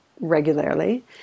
regularly